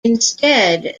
instead